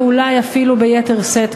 ואולי אפילו ביתר שאר,